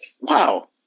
wow